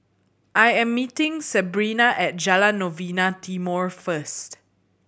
I am meeting Sebrina at Jalan Novena Timor first